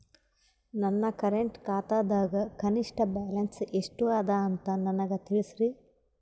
ನನ್ನ ಕರೆಂಟ್ ಖಾತಾದಾಗ ಕನಿಷ್ಠ ಬ್ಯಾಲೆನ್ಸ್ ಎಷ್ಟು ಅದ ಅಂತ ನನಗ ತಿಳಸ್ರಿ